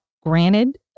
granted